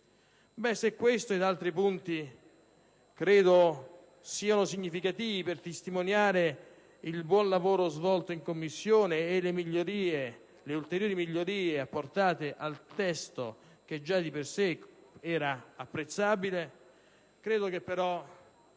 Se questo e altri punti sono significativi per testimoniare il buon lavoro svolto in Commissione e le ulteriori migliorie apportate al testo, che già di per sé era apprezzabile, credo però